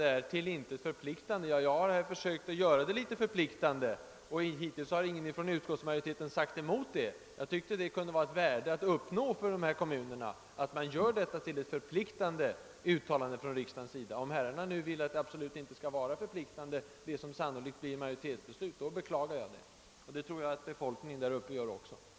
är till intet förpliktande. Jag har, herr talman, försökt att göra den förpliktande, och hittills har ingen tillhörande utskottsmajoriteten haft något att invända. Jag tyckte att det kunde vara värdefullt för kommunerna i fråga, att det blir ett förpliktande uttalande från riksdagens sida. Om herrarna nu vill att det, som sannolikt blir ma joritetsbeslut, absolut inte skall vara förpliktande, beklagar jag detta. Det tror jag att också befolkningen i de berörda kommunerna gör.